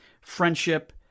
friendship